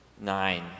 Nine